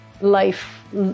life